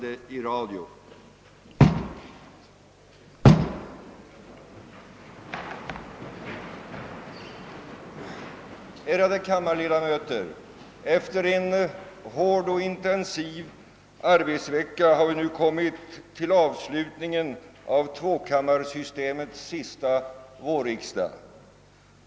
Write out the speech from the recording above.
Efter en hård och intensiv arbetsvecka har vi nu kommit till avslutningen av tvåkammarsystemets sista vårriksdag.